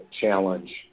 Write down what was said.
challenge